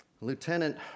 Lieutenant